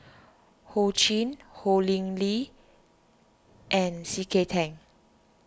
Ho Ching Ho Lee Ling and C K Tang